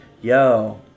yo